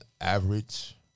average